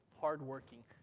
hardworking